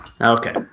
Okay